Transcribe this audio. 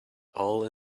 all